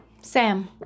Sam